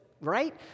right